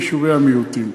יישובי המיעוטים.